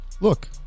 look